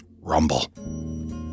Rumble